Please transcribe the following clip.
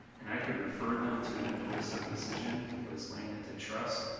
and i could refer them to the notice of decision to place land into trust.